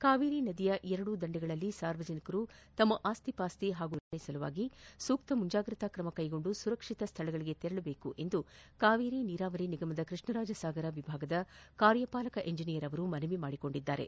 ಕಾವೇರಿ ನದಿಯ ಎರಡೂ ದಂಡೆಗಳಲ್ಲಿ ಸಾರ್ವಜನಿಕರು ತಮ್ಮ ಆಸ್ತಿ ಪಾಸ್ತಿ ಹಾಗೂ ಜಾನುವಾರು ರಕ್ಷಣೆ ಸಲುವಾಗಿ ಸೂಕ್ತ ಮುಂಜಾಗ್ರತಾ ತ್ರಮ ಕೈಗೊಂಡು ಸುರಕ್ಷಿತ ಸ್ಥಳಗಳಿಗೆ ತೆರಳುವಂತೆ ಕಾವೇರಿ ನೀರಾವರಿ ನಿಗಮದ ಕೃಷ್ಣರಾಜಸಾಗರ ವಿಭಾಗದ ಕಾರ್ಯಪಾಲಕ ಇಂಜಿನಿಯರ್ ಅವರು ಮನವಿ ಮಾಡಿದ್ದಾರೆ